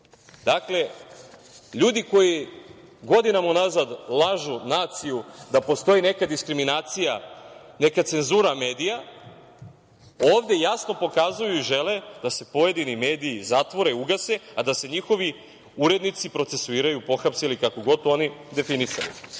KRIK-a. Dakle, ljudi koji godinama unazad lažu naciju da postoji neka diskriminacija, neka cenzura medija, ovde jasno pokazuju i žele da se pojedini mediji zatvore i ugase, a da se njihovi urednici procesuiraju, pohapse ili kako god to oni definisali. Da